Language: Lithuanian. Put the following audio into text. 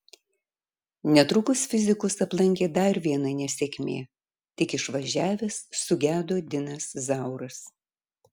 netrukus fizikus aplankė dar viena nesėkmė tik išvažiavęs sugedo dinas zauras